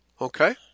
Okay